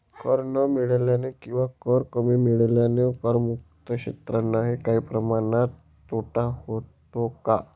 कर न मिळाल्याने किंवा कर कमी मिळाल्याने करमुक्त क्षेत्रांनाही काही प्रमाणात तोटा होतो का?